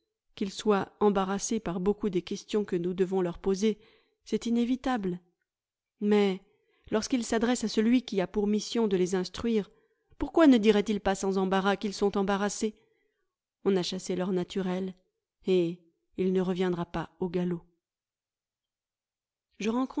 qu'ils soient embarrassés par beaucoup des questions que nous devons leur poser c'est inévitable mais lorsqu'ils s'adressent à celui qui a pour mission de les instruire pourquoi ne diraient-ils pas sans embarras qu'ils sont embarrassés on a chassé leur naturel et il ne reviendra pas au galop je rencontre